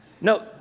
No